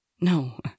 No